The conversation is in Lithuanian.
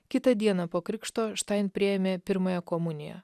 kitą dieną po krikšto štain priėmė pirmąją komuniją